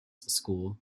school